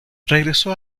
regresó